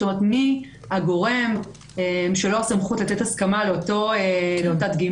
זאת אומרת מי הגורם שלו סמכות לתת הסכמה לאותה דגימה,